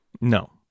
No